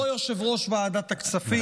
לא יושב-ראש ועדת הכספים,